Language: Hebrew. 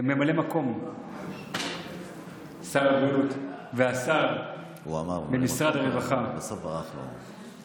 ממלא מקום שר הבריאות והשר, הוא אמר, בסוף ברח לו.